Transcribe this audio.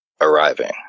arriving